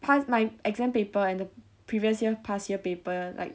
pass my exam paper and the previous year past year paper like